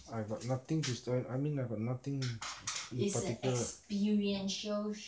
I've got nothing to buy I mean I got nothing in particular